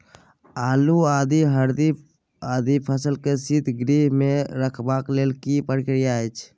आलू, आदि, हरदी आदि फसल के शीतगृह मे रखबाक लेल की प्रक्रिया अछि?